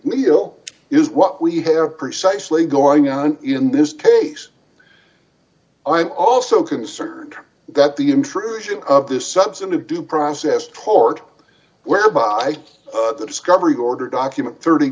mcneil is what we have precisely going on in this case i'm also concerned that the intrusion of this substantive due process tort whereby the discovery order document thirty